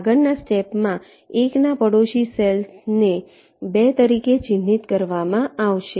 આગળના સ્ટેપ માં 1 ના પડોશી સેલ ને 2 તરીકે ચિહ્નિત કરવામાં આવશે